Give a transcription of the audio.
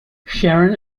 sharon